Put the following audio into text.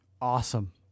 Awesome